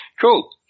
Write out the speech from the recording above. Cool